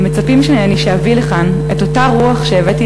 הם מצפים שאביא לכאן את אותה רוח שהבאתי